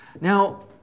Now